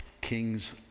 kings